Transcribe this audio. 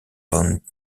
von